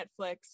netflix